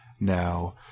Now